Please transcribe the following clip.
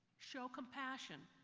show compassion.